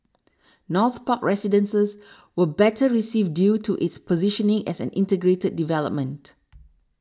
North Park Residences was better received due to its positioning as an integrated development